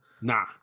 Nah